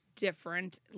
different